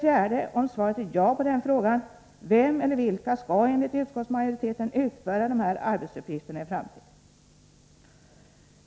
4. Om svaret är ja på den frågan — vem eller vilka skall enligt utskottsmajoriteten utföra dessa arbetsuppgifter i framtiden?